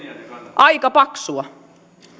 aika paksua